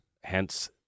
Hence